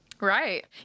Right